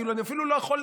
כאילו אני אפילו לא יכול,